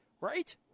Right